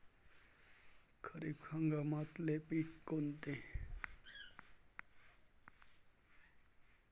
खरीप हंगामातले पिकं कोनते?